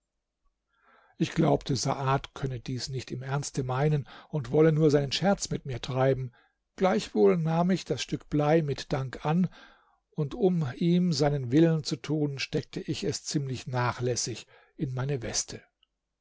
ich glaubte saad könne dies nicht im ernste meinen und wolle nur seinen scherz mit mir treiben gleichwohl nahm ich das stück blei mit dank an und um ihm seinen willen zu tun steckte ich es ziemlich nachlässig in meine weste